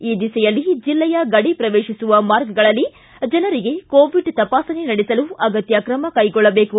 ಈ ದಿಸೆಯಲ್ಲಿ ಜಿಲ್ಲೆಯ ಗಡಿ ಪ್ರವೇಶಿಸುವ ಮಾರ್ಗಗಳಲ್ಲಿ ಜನರಿಗೆ ಕೋವಿಡ್ ತಪಾಸಣೆ ನಡೆಸಲು ಅಗತ್ಯ ಕ್ರಮ ಕೈಗೊಳ್ಳಬೇಕು